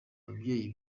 ababyeyi